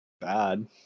bad